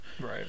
right